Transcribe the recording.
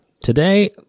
Today